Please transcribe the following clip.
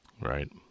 Right